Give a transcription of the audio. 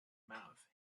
mouth